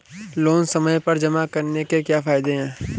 Loan समय पर जमा कराने के क्या फायदे हैं?